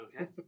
okay